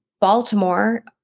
Baltimore